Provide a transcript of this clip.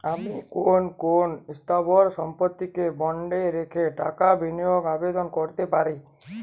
আমি কোন কোন স্থাবর সম্পত্তিকে বন্ডে রেখে টাকা বিনিয়োগের আবেদন করতে পারি?